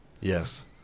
Yes